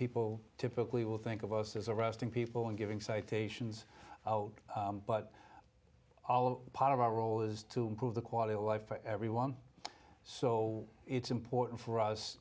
people typically will think of us as arresting people and giving citations out but all part of our role is to improve the quality of life for everyone so it's important for us